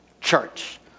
church